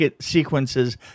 sequences